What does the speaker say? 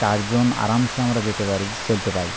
চারজন আরামসে আমরা যেতে পারি চলতে পারি